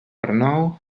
renou